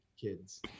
kids